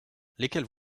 lesquelles